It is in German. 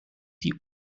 die